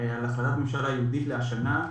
על החלטת ממשלה ייעודית לשנה הזו.